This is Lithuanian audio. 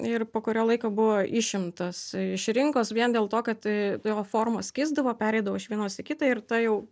ir po kurio laiko buvo išimtas iš rinkos vien dėl to kad jo formos kisdavo pereidavo iš vienos į kitą ir ta jau